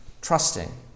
trusting